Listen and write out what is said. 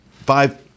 five